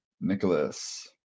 Nicholas